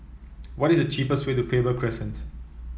what is the cheapest way to Faber Crescent